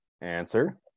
Answer